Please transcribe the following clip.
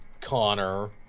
connor